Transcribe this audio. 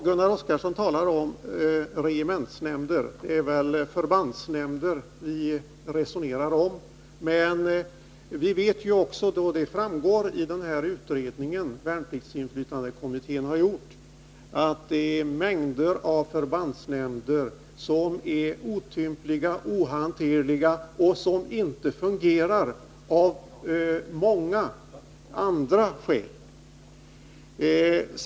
Gunnar Oskarson talar om regementsnämnder, men det är väl förbandsnämnder vi resonerar om. Vi vet ju — det framgår också av den utredning som värnpliktsinflytandekommittén har gjort — att mängder av förbandsnämnder är otympliga och ohanterliga och att de inte fungerar av många andra skäl.